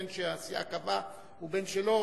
בין שהסיעה קבעה ובין שלא,